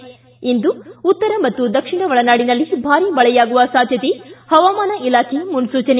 ಿ ಇಂದು ಉತ್ತರ ಹಾಗೂ ದಕ್ಷಿಣ ಒಳನಾಡಿನಲ್ಲಿ ಭಾರಿ ಮಳೆಯಾಗುವ ಸಾಧ್ಯತೆ ಪವಾಮಾನ ಇಲಾಖೆ ಮುನ್ಸೂಚನೆ